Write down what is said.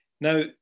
Now